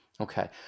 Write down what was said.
Okay